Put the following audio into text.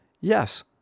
Yes